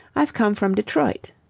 i've come from detroit.